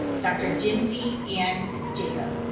dr. jinsy anne jacob